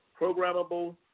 programmable